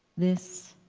this